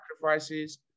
sacrifices